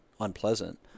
unpleasant